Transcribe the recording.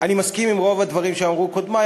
אני מסכים עם רוב הדברים שאמרו קודמי.